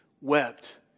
wept